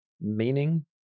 meaning